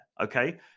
okay